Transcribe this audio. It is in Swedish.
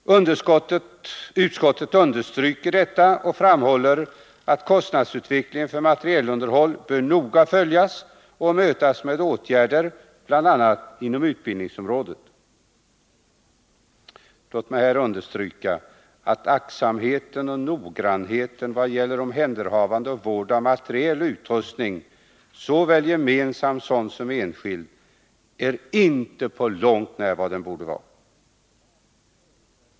Utskottet understryker detta och framhåller att kostnadsutvecklingen för materielunderhåll bör noga följas och mötas med åtgärder, bl.a. inom utbildningsområdet. Låt mig understryka att aktsamheten och noggrannheten när det gäller omhänderhavande och vård av materiel och utrustning — såväl gemensam som enskild — inte på långt när är vad den borde vara.